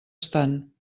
estan